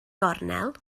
gornel